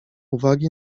uwagi